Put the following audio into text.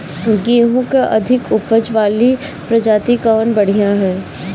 गेहूँ क अधिक ऊपज वाली प्रजाति कवन बढ़ियां ह?